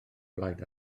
blaid